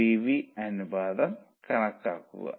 അതിനാൽ അവർ അത് 1